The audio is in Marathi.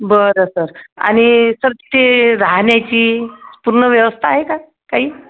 बरं सर आणि सर ते राहण्याची पूर्ण व्यवस्था आहे का काही